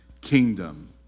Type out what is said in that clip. kingdom